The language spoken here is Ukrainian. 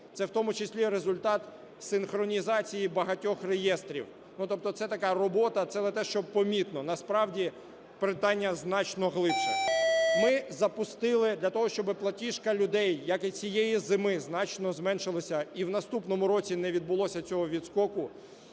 це в тому числі результат синхронізації багатьох реєстрів. Тобто це така робота, це не те, щоб помітно, а насправді питання значно глибше. Ми запустили для того, щоб платіжка людей, як і цієї зими, значно зменшилася і в наступному році не відбулося цього відскоку,